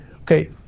Okay